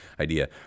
idea